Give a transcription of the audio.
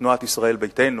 מתנועת ישראל ביתנו.